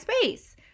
space